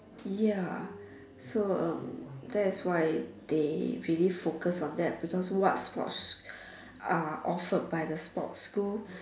ya so um that is why they really focus on that because what sports are offered by the sports school